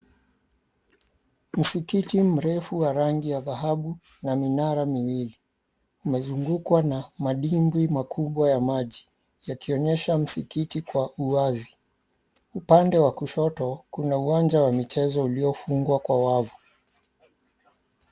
Msikiti mrefu wa rangi ya dhahabu na minara miwili, umezungukwa na madimbwi makubwa ya maji yakionyesha msikiti kwa uwazi. Upande wa kushoto kuna uwanja wa michezo uliofungwa kwa wavu.